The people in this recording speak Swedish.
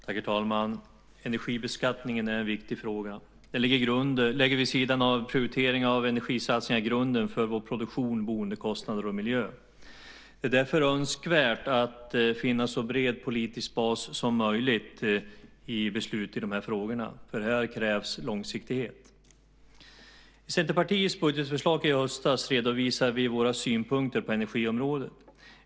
Herr talman! Energibeskattningen är en viktig fråga. Den lägger vid sidan av prioritering av energisatsningar grunden för vår produktion, våra boendekostnader och vår miljö. Det är därför önskvärt att finna en så bred politisk bas som möjligt i beslut i de här frågorna. Här krävs långsiktighet. I Centerpartiet budgetförslag i höstas redovisar vi våra synpunkter på energiområdet.